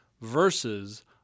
versus